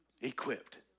equipped